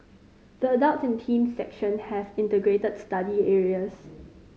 the adults and teens section have integrated study areas